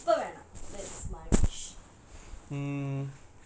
இப்ப வேணாம்:ippe venaam that's my wish